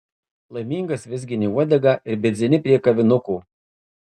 laimingas vizgini uodegą ir bidzeni prie kavinuko